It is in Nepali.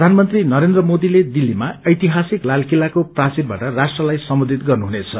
प्रबानमन्त्रीले नरेन्द्र मोदीले दिल्लीमा ऐतिझसिक लालकिल्लाको प्राचीरबाट राष्ट्रलाई सम्बोधित गर्नुहुनेछ